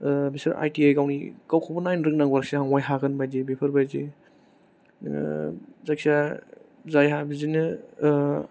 बिसोर I T I गावनि गावखौबो नायनो रोंनांगौ आरखि आं बहाय हागोनबादि बेफोरबादि नोङो जायखिया जायहा बिदिनो